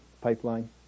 pipeline